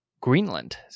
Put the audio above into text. Greenland